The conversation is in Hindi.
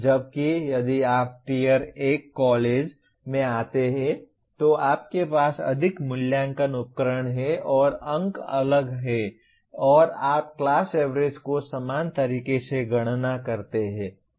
जबकि यदि आप टियर 1 कॉलेज में आते हैं तो आपके पास अधिक मूल्यांकन उपकरण हैं और अंक अलग हैं और आप क्लास एवरेज को समान तरीके से गणना करते हैं